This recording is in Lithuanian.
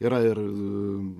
yra ir